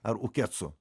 ar ukecu